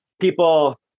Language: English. people